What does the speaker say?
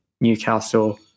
Newcastle